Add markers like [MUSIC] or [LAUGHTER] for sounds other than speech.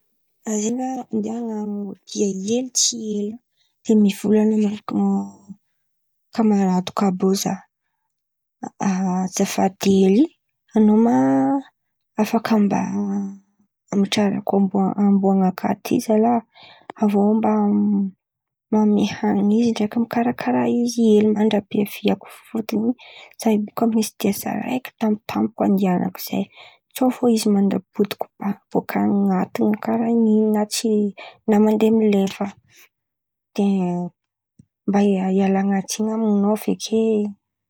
[HESITATION] Aia ma ingian̈a amboa ty? Tsy ela de mivolan̈a amin̈'ny kamaradiko àby rô zah. [HESITATION] Azafady hely, an̈ao ma mba afaka amitrarako a- amboa nakà ty zahavô mba an̈amian̈a hanin̈y izy, ndraiky mikaràka izy hely mandrapiaviako fo fôtony zah io bôka misy dia saraiky tampoko andihan̈ako zay. Tsôa fo izy mandrapaha-podiko bôka an̈y maty karà in̈y na mandeha milefa de mba ialan̈a tsin̈y amin̈ao feky e!